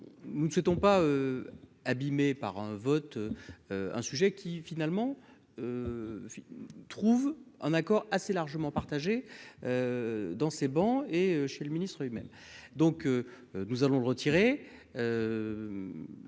nous ne souhaitons pas abîmé par un vote, un sujet qui, finalement, trouvent un accord assez largement partagé dans ces bancs et chez le ministre lui-même, donc nous allons retirer